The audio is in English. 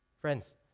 Friends